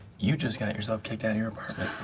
you just got yourself kicked out of your apartment. oh,